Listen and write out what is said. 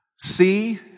see